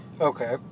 Okay